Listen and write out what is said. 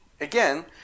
Again